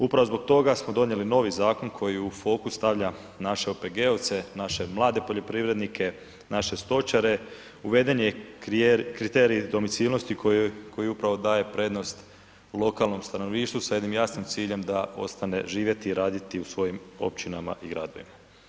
Upravo zbog toga smo donijeli novi zakon koji u fokus stavlja naše OPG-ovce, naše mlade poljoprivrednike, naše stočare, uveden je kriterij domicilnosti koji upravo daje prednost lokalnom stanovništvu sa jednim jasnim ciljem da ostane živjeti i raditi u svojim općinama i gradovima.